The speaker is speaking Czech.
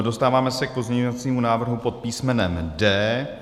Dostáváme se k pozměňovacímu návrhu pod písmenem D.